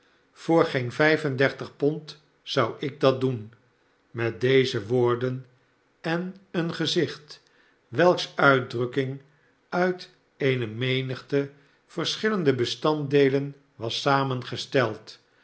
voor geen vijt en dertig pond zou ik dat doen met deze woorden en een gezicht welks uitdrukking uit eene menigte verschillende bestanddeelen was samengesteld